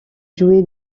joué